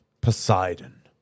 Poseidon